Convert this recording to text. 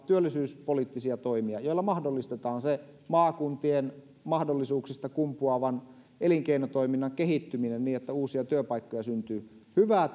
työllisyyspoliittisia toimia joilla mahdollistetaan se maakuntien mahdollisuuksista kumpuavan elinkeinotoiminnan kehittyminen niin että uusia työpaikkoja syntyy hyvää